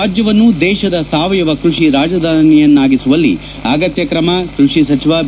ರಾಜ್ಯವನ್ನು ದೇಶದ ಸಾವಯವ ಕೃಷಿ ರಾಜಧಾನಿಯನ್ನಾಗಿಸುವಲ್ಲಿ ಅಗತ್ಯ ಕ್ರಮ ಕೃಷಿ ಸಚಿವ ಬಿ